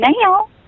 now